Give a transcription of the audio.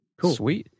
Cool